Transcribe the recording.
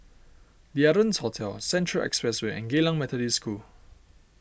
the Ardennes Hotel Central Expressway and Geylang Methodist School